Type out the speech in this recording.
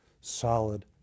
solid